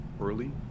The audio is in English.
early